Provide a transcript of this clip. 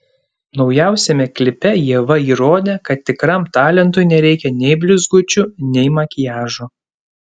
naujausiame klipe ieva įrodė kad tikram talentui nereikia nei blizgučių nei makiažo